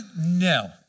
No